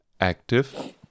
active